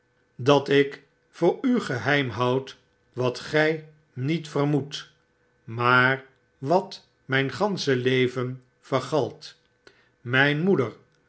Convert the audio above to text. dat ik voor u geheim houd wat gy niet vermoedt maa wat myo gansche leven vergalt myn moeder